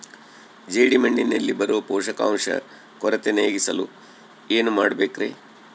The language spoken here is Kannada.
ಜೇಡಿಮಣ್ಣಿನಲ್ಲಿ ಬರೋ ಪೋಷಕಾಂಶ ಕೊರತೆ ನೇಗಿಸಲು ಏನು ಮಾಡಬೇಕರಿ?